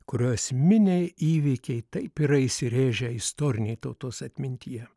kurio esminiai įvykiai taip yra įsirėžę istorinėj tautos atmintyje